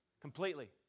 Completely